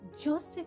Joseph